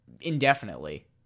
indefinitely